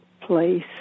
place